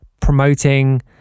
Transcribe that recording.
promoting